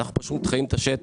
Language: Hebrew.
אנחנו פשוט חיים את השטח,